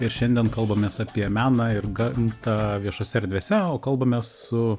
ir šiandien kalbamės apie meną ir gamtą viešose erdvėse o kalbamės su